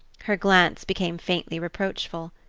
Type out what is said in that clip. her glance became faintly reproachful.